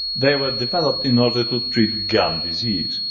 they were developed in order to treat gum disease.